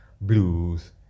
blues